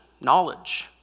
knowledge